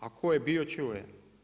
A tko je bio čuo je.